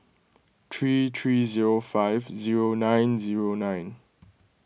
three three zero five zero nine zero nine